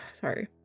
Sorry